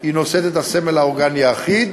היא נושאת את הסמל האורגני האחיד